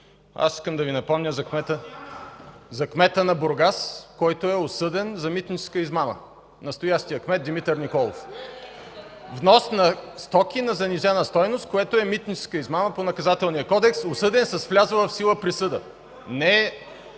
Аз искам да Ви напомня за кмета на Бургас, който е осъден за митническа измама – настоящия кмет Димитър Николов. (Шум, реплики и смях от БСП ЛБ.) Внос на стоки на занижена стойност, което е митническа измама по Наказателния кодекс, осъден, с влязла в сила присъда. Не е